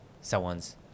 someone's